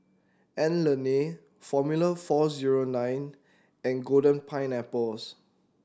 Anlene Formula Four Zero Nine and Golden Pineapples